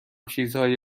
چیزهایی